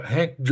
Hank